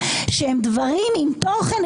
שהם דברים עם תוכן,